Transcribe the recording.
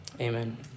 Amen